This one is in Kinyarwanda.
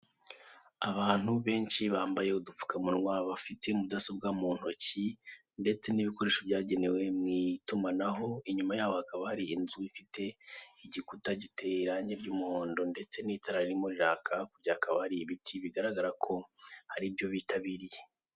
Abantu bambaye udupfukamunwa kandi bafite mudasobwa mu ntoki. Inyuma yabo hari inzu iteye irangi ry'umuhondo, iriho itara riri kwaka. Bameze nk'aho hari ibyo bajemo.